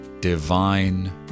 divine